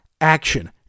action